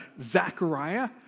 Zechariah